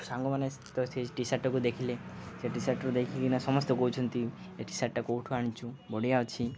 ସାଙ୍ଗମାନେ ତ ସେ ଟି ସାର୍ଟଟାକୁ ଦେଖିଲେ ସେ ଟିସାର୍ଟ ଦେଖିକିନା ସମସ୍ତେ କହୁଛନ୍ତି ଏ ଟିସାର୍ଟ କୋଉଠୁ ଆଣିଛୁ ବଢ଼ିଆ ଅଛି